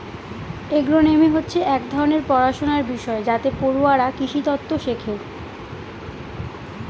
agronomy হচ্ছে এক ধরনের পড়াশনার বিষয় যাতে পড়ুয়ারা কৃষিতত্ত্ব শেখে